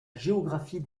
géographie